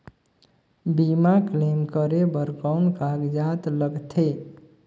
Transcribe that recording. बीमा क्लेम करे बर कौन कागजात लगथे?